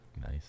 Nice